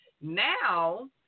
Now